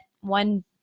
one